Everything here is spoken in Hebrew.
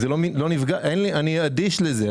אני אדיש לזה.